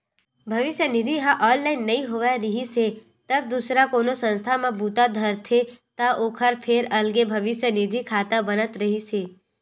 भविस्य निधि ह ऑनलाइन नइ होए रिहिस हे तब दूसर कोनो संस्था म बूता धरथे त ओखर फेर अलगे भविस्य निधि खाता बनत रिहिस हे